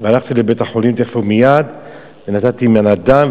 הלכתי לבית-החולים תיכף ומייד ונתתי מנת דם,